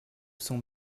sont